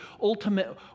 ultimate